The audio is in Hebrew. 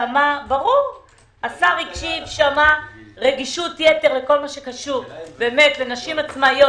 שמע, רגישות יתר לכל מה שקשור בנשים עצמאיות